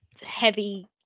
heavy